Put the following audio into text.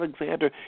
Alexander